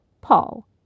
Paul